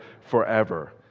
forever